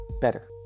better